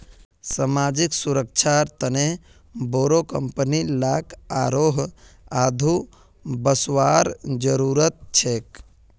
सामाजिक सुरक्षार तने बोरो कंपनी लाक आरोह आघु वसवार जरूरत छेक